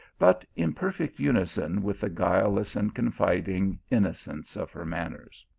but in perfect unison with the guileless and confiding inno cence of her manners.